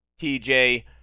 TJ